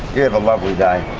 you have a lovely day.